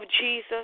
Jesus